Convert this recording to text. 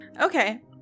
okay